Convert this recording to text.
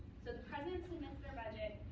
so the president submits their budget,